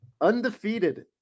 undefeated